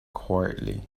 quietly